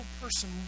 person